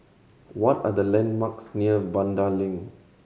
what are the landmarks near Vanda Link